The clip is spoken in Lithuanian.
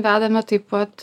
vedame taip pat